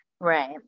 Right